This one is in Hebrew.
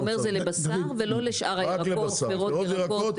אתה אומר זה לבשר ולא לשאר הירקות, פירות ירקות.